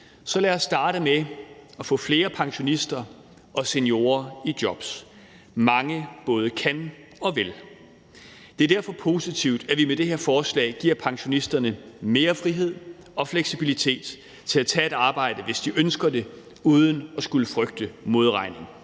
Så lad os starte med at få flere pensionister og seniorer i job. Mange både kan og vil. Det er derfor positivt, at vi med det her forslag giver pensionisterne mere frihed og fleksibilitet til at tage et arbejde, hvis de ønsker det, uden at skulle frygte modregning.